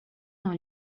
dans